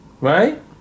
right